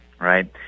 Right